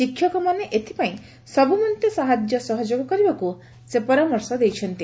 ଶିକ୍ଷକମାନେ ଏଥ୍ପାଇଁ ସବୁମନ୍ତେ ସାହାଯ୍ୟ ସହଯୋଗ କରିବାକୁ ସେ ପରାମର୍ଶ ଦେଇଛନ୍ତି